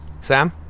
Sam